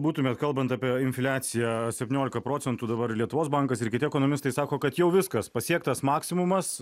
būtumėt kalbant apie infliaciją septyniolika procentų dabar lietuvos bankas ir kiti ekonomistai sako kad jau viskas pasiektas maksimumas